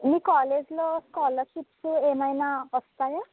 ఈ కాలేజీ లో స్కాలర్షిప్స్ ఏమైనా వస్తాయా